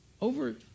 Over